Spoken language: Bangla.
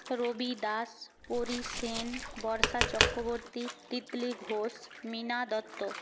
রবি দাস পরি সেন বর্ষা চক্রবর্তী তিতলি ঘোষ মীনা দত্ত